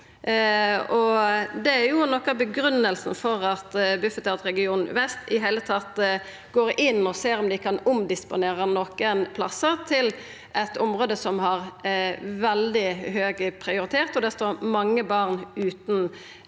Det er noko av grunngivinga for at Bufetat, region vest i det heile går inn og ser om dei kan omdisponera nokon plassar til eit område som har veldig høg prioritet, og der det står mange barn utan